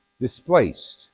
displaced